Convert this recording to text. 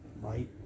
right